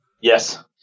Yes